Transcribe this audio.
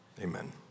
Amen